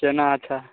कोना छै